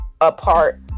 apart